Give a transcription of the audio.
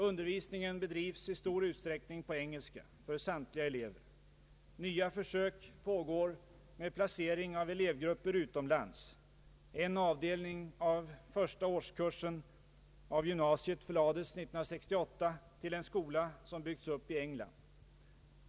Undervisningen bedrivs i stor utsträckning på engelska för samtliga elever. Nya försök pågår med placering av elevgrupper utomlands. En avdelning i första årskursen av gymnasiet förlades 1968 till en skola som byggts upp i England.